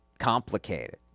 complicated